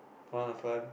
fun ah fun